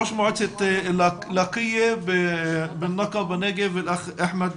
ראש מועצה לקייה בנגב, אחמד